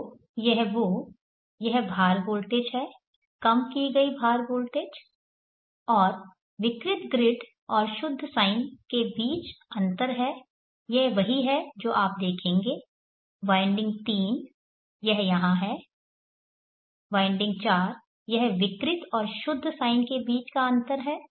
तो यह वो यह भार वोल्टेज है कम की गई भार वोल्टेज और विकृत ग्रिड और शुद्ध साइन के बीच अंतर है यह वही है जो आप देखेंगे वाइंडिंग 3 यह यहाँ है वाइंडिंग 4 यह विकृत और शुद्ध साइन के बीच अंतर है